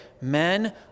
men